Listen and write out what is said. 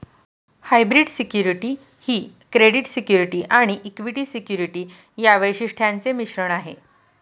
hybrid security ही credit security आणि equity security या वैशिष्ट्यांचे मिश्रण आहे